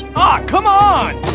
ah come on!